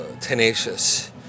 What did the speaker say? tenacious